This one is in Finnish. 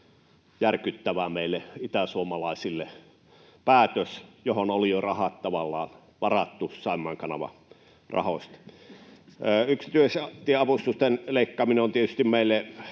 järkyttävää meille itäsuomalaisille — päätös, johon oli jo rahat tavallaan varattu Saimaan kanava ‑rahoista. Yksityistieavustusten leikkaaminen on tietysti meille